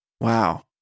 Wow